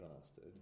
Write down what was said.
bastard